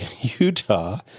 Utah